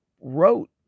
wrote